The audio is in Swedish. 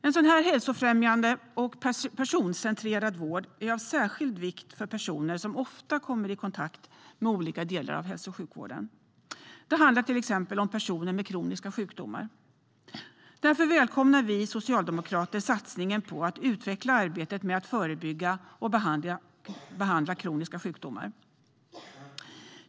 En sådan hälsofrämjande och personcentrerad vård är av särskild vikt för personer som ofta kommer i kontakt med olika delar av hälso och sjukvården. Det handlar till exempel om personer med kroniska sjukdomar. Därför välkomnar vi socialdemokrater satsningen på att utveckla arbetet med att förebygga och behandla kroniska sjukdomar.